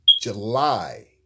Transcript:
July